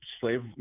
slave